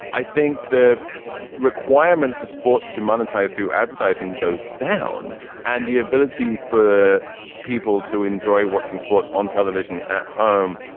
i think the requirement for sports to monetize through advertising goes down and the ability for people to enjoy watching sports on television at home.